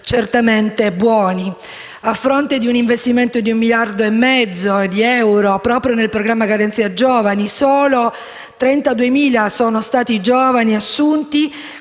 certamente buoni: a fronte di un investimento di 1,5 miliardi di euro proprio per il programma Garanzia giovani, solo 32.000 sono stati i giovani assunti